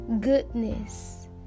goodness